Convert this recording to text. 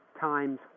times